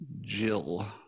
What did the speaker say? Jill